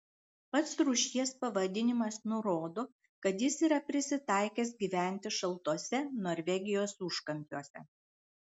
pats rūšies pavadinimas nurodo kad jis yra prisitaikęs gyventi šaltuose norvegijos užkampiuose